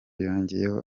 yongeyeho